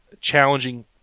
challenging